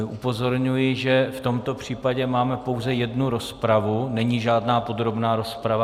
Upozorňuji, že v tomto případě máme pouze jednu rozpravu, není žádná podrobná rozprava.